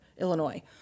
Illinois